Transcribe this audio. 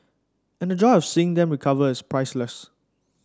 and the joy of seeing them recover is priceless